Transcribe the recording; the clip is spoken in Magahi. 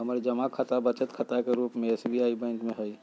हमर जमा खता बचत खता के रूप में एस.बी.आई बैंक में हइ